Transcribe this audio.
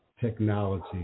technology